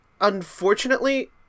unfortunately